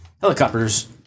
helicopters